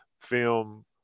film